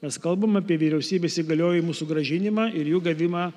mes kalbam apie vyriausybės įgaliojimų sugrąžinimą ir jų gavimą